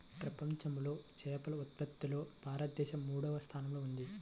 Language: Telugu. ప్రపంచంలో చేపల ఉత్పత్తిలో భారతదేశం మూడవ స్థానంలో ఉంది